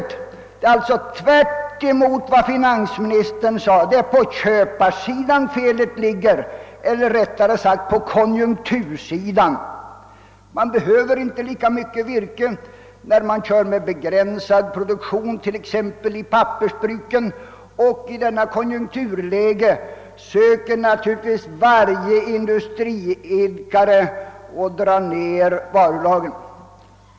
Det förhåller sig alltså tvärtemot vad finansministern gjorde gällande. Det är på köparsidan felet ligger — eller rättare på konjunktursidan. Man behöver inte lika mycket virke inom t.ex. pappersbruken när man kör med begränsad produktion. I detta konjunkturläge försöker naturligtvis varje industriidkare att minska varulagren.